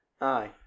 aye